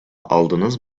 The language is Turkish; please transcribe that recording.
aldınız